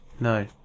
No